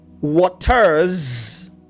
waters